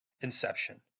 Inception